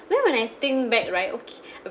then when I think back right okay uh